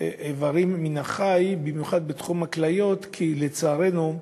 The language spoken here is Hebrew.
איברים מן החי, במיוחד בתחום הכליות, כי, לצערנו,